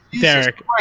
Derek